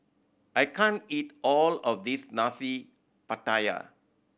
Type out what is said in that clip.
I can't eat all of this Nasi Pattaya